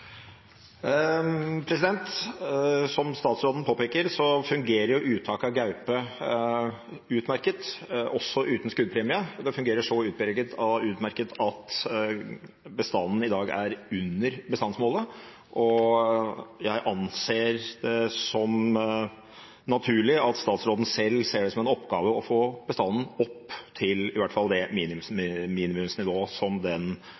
Som statsråden påpeker, fungerer uttak av gaupe utmerket også uten skuddpremie. Det fungerer så utmerket at bestanden i dag er under bestandsmålet, og jeg anser det som naturlig at statsråden selv ser det som en oppgave å få bestanden opp til i hvert fall det minimumsnivået som den